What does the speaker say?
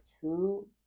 two